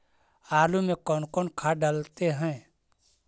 आलू में कौन कौन खाद डालते हैं?